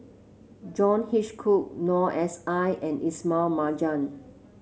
John Hitchcock Noor S I and Ismail Marjan